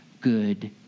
good